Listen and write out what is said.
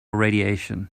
radiation